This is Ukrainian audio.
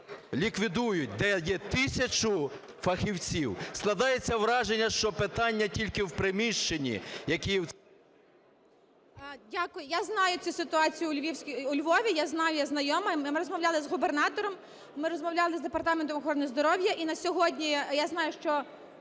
ліквідують, де є тисяча фахівців. Складається враження, що питання тільки в приміщенні… 11:19:28 СКАЛЕЦЬКА З.С. Дякую. Я знаю цю ситуацію у Львові, я знаю, я знайома, ми розмовляли з губернатором, ми розмовляли з департаментом охорони здоров'я. І на сьогодні я знаю, що